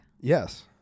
Yes